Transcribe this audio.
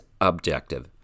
objective